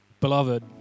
Beloved